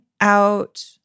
out